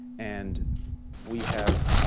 and we have